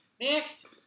Next